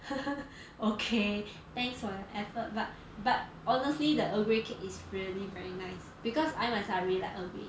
okay thanks for your effort but but honestly the earl grey cake is really very nice because I myself I really like earl grey